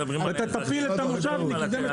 אתה תפיל את המושבניקים,